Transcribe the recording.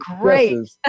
great